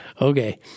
Okay